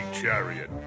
chariot